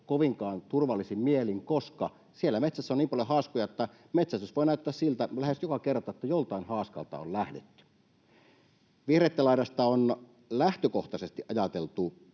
kovinkaan turvallisin mielin, koska siellä metsässä on niin paljon haaskoja, että metsästys voi näyttää lähes joka kerta siltä, että joltain haaskalta on lähdetty. Vihreitten laidasta on lähtökohtaisesti ajateltu,